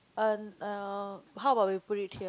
uh uh how about we put it here